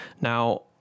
Now